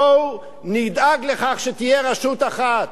בואו נדאג לכך שתהיה רשות אחת,